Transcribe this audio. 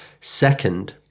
Second